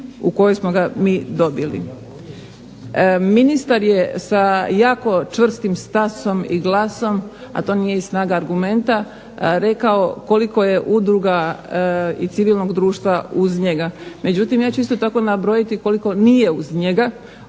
u kojoj smo ga mi dobili. Ministar je sa jako čvrstim stasom i glasom, a to nije i snaga argumenta rekao koliko je udruga i civilnog društva uz njega, međutim ja ću isto tako nabrojiti koliko nije uz njega,